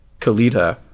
Kalita